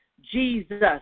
Jesus